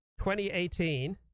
2018